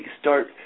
start